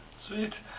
Sweet